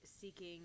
seeking